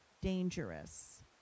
dangerous